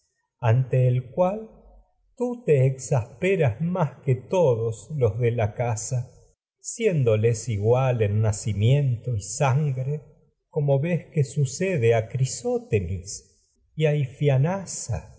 el cual tú te de más que y todos los casa siéndoles sucede a igual en nacimiento crisótemis en y a san y